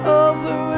over